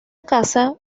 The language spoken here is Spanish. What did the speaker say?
casa